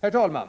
Herr talman!